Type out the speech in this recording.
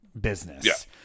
business